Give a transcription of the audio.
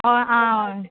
हय हय